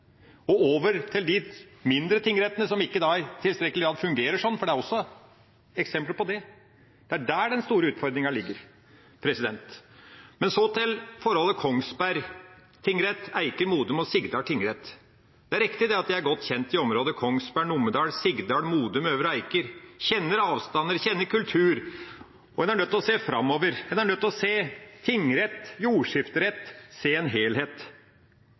og over til de mindre tingrettene som ikke da i tilstrekkelig grad fungerer sånn? For det er også eksempler på det. Det er der den store utfordringa ligger. Så til forholdet Kongsberg tingrett og Eiker, Modum og Sigdal tingrett. Det er riktig at jeg er godt kjent i området Kongsberg, Numedal, Sigdal, Modum og Øvre Eiker – kjenner avstander, kjenner kultur. En er nødt til å se framover. En er nødt til å se tingrett og jordskifterett – se en helhet.